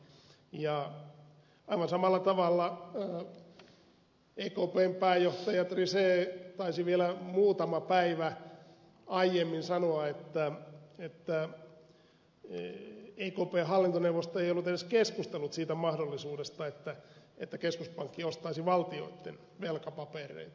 ja aivan samalla tavalla ekpn pääjohtaja trichet taisi vielä muutama päivä aiemmin sanoa että ekpn hallintoneuvosto ei ollut edes keskustellut siitä mahdollisuudesta että keskuspankki ostaisi valtioitten velkapapereita